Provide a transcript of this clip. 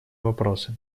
вопросы